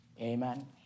Amen